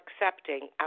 accepting